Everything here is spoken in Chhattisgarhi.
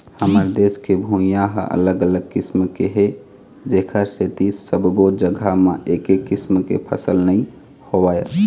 हमर देश के भुइंहा ह अलग अलग किसम के हे जेखर सेती सब्बो जघा म एके किसम के फसल नइ होवय